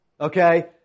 Okay